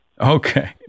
Okay